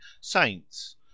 saints